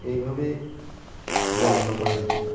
এইভাবে বর্ণনা করা যেতে পারে